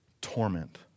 torment